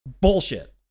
bullshit